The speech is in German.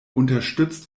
unterstützt